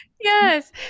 Yes